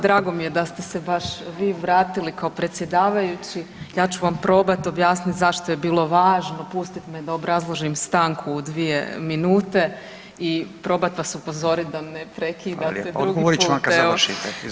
Drago mi je da ste se baš vi vratili kao predsjedavajući, ja ću vam probat objasnit zašto je bilo važno pustit me da obrazložim stanku u dvije minute i probat vas upozorit da me ne prekidate drugi put